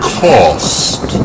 cost